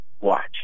Watch